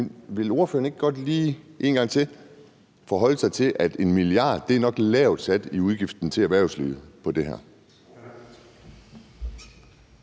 Så vil ordføreren ikke godt lige en gang til forholde sig til, at 1 mia. kr. nok er lavt sat som udgift for erhvervslivet med det her?